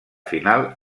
final